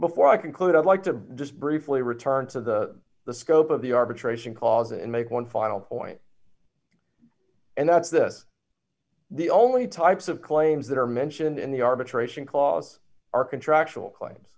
before i conclude i'd like to just briefly return to the the scope of the arbitration clause and make one final point and that's this the only types of claims that are mentioned in the arbitration clause are contractual claims